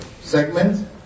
segment